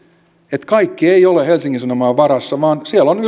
että kaikki ei ole helsingin sanomain varassa vaan on